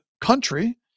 country